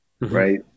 right